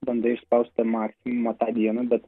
bandai išspausti tą maksimumą tą dieną bet